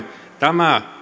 tämä